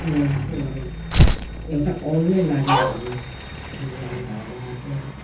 उसलाई एउटा औलै लागेर भनौँ बिरामी भएर आएको